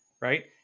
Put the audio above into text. Right